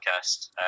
podcast